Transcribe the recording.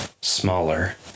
Smaller